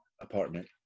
apartment